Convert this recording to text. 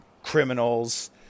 criminals